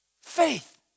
Faith